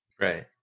Right